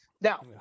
Now